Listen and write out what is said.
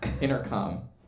intercom